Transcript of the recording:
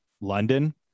London